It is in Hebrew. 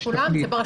אורלי, זה כמו